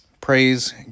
praise